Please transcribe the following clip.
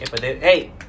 Hey